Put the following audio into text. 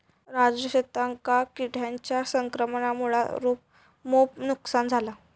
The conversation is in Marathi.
राजूच्या शेतांका किटांच्या संक्रमणामुळा मोप नुकसान झाला